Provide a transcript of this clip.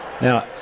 Now